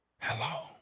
Hello